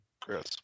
Chris